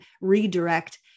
redirect